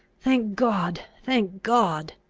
thank god! thank god!